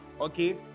okay